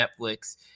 Netflix